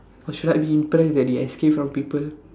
or should I be impressed that they escaped from people